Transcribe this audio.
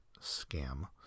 scam